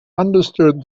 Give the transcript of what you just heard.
understood